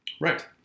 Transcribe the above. Right